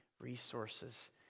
resources